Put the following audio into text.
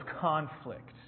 conflict